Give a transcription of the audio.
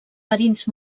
marins